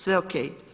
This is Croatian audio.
Sve, OK.